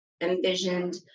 envisioned